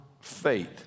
faith